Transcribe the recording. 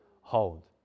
hold